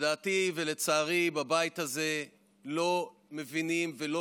לדעתי ולצערי בבית הזה לא מבינים ולא